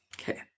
Okay